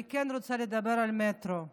אני כן רוצה לדבר על המטרו.